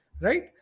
right